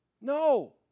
No